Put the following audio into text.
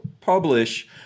publish